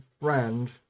friend